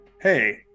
hey